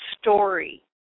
story